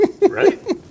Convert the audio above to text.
right